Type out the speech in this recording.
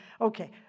Okay